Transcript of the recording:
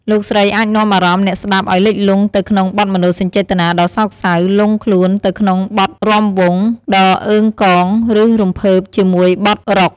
លោកស្រីអាចនាំអារម្មណ៍អ្នកស្តាប់ឱ្យលិចលង់ទៅក្នុងបទមនោសញ្ចេតនាដ៏សោកសៅ លង់ខ្លួនទៅក្នុងបទរាំវង់ដ៏អឺងកង ឬរំភើបជាមួយបទរ៉ុក។